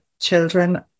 children